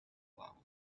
wall